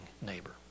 neighbor